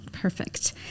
Perfect